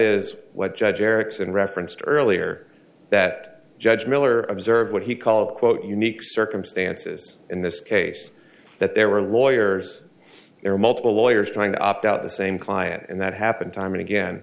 is what judge erickson referenced earlier that judge miller observed what he called quote unique circumstances in this case that there were lawyers there were multiple lawyers trying to opt out the same client and that happened time and again